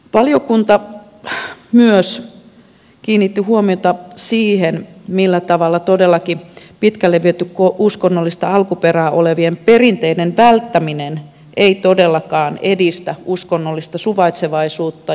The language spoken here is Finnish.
valiokunta kiinnitti huomiota myös siihen millä tavalla todellakin pitkälle viety uskonnollista alkuperää olevien perinteiden välttäminen ei todellakaan edistä uskonnollista suvaitsevaisuutta